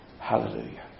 Hallelujah